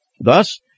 Thus